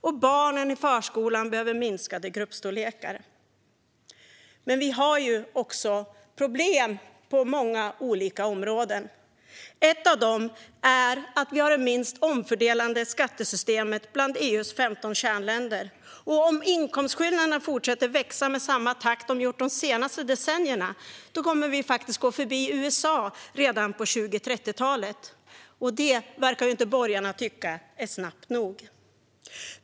Och barnen i förskolan behöver minskade gruppstorlekar. Vi har problem på många olika områden. Ett av dem är att vi har det minst omfördelande skattesystemet bland EU:s 15 kärnländer. Om inkomstskillnaderna fortsätter att växa i samma takt som de gjort de senaste decennierna kommer vi att gå förbi USA redan på 20-30-talen, och det verkar ju inte borgarna tycka är snabbt nog.